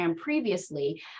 previously